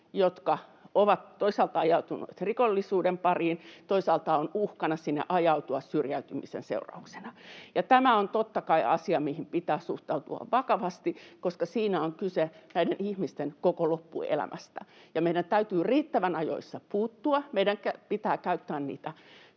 jotka ovat toisaalta ajautuneet rikollisuuden pariin ja toisaalta on uhkana sinne ajautua syrjäytymisen seurauksena, ja tämä on totta kai asia, mihin pitää suhtautua vakavasti, koska siinä on kyse näiden ihmisten koko loppuelämästä. Meidän täytyy riittävän ajoissa puuttua: meidän pitää käyttää niitä